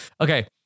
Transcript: Okay